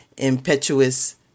impetuous